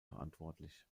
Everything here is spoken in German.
verantwortlich